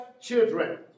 children